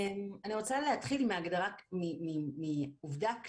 אני רוצה להתחיל מעובדה כללית,